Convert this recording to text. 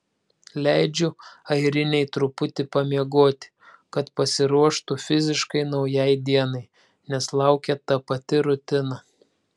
leidžiu airinei truputį pamiegoti kad pasiruoštų fiziškai naujai dienai nes laukia ta pati rutina